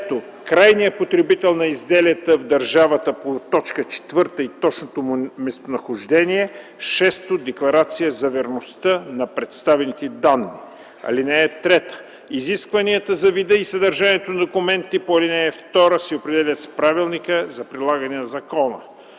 крайния потребител на изделията в държавата по т. 4 и точното му местонахождение; 6. декларация за верността на представените данни. (3) Изискванията за вида и съдържанието на документите по ал. 2 се определят с правилника за прилагане на закона.